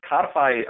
codify